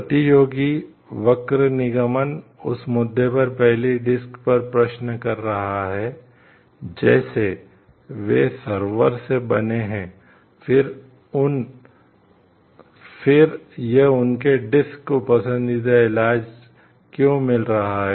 प्रतियोगी वक्र निगमन उस मुद्दे पर पहली डिस्क को पसंदीदा इलाज क्यों मिल रहा है